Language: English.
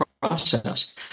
process